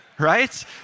right